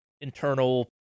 internal